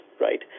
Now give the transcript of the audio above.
right